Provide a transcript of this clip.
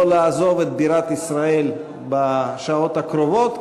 לא לעזוב את בירת ישראל בשעות הקרובות,